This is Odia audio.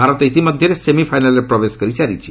ଭାରତ ଇତିମଧ୍ୟରେ ସେମିଫାଇନାଲ୍ରେ ପ୍ରବେଶ କରିସାରିଛି